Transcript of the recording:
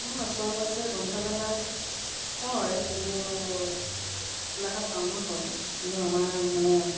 আমাৰ ওচৰৰে পাঁজৰে গ্ৰন্থবেলা হয় কিন্তু গোলাঘাট টাউনত হয় কিন্তু আমাৰ মানে